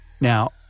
Now